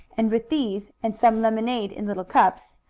and with these, and some lemonade in little cups,